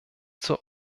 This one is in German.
zur